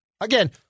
Again